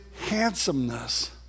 handsomeness